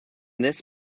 this